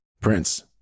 Prince